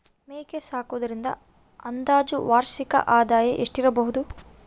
ಮೇಕೆ ಸಾಕುವುದರಿಂದ ಅಂದಾಜು ವಾರ್ಷಿಕ ಆದಾಯ ಎಷ್ಟಿರಬಹುದು?